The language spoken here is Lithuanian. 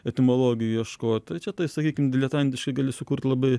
etimologijų ieškot tai čia tai sakykim diletantiškai gali sukurt labai